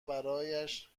برایش